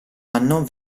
anno